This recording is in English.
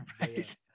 Right